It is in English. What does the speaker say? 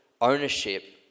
ownership